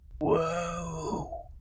Whoa